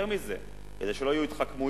יותר מזה, כדי שלא יהיו התחכמויות,